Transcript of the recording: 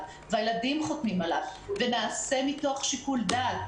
והילדים חותמים עליו ושנעשה מתוך שיקול דעת,